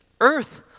earth